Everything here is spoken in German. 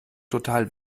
total